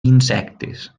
insectes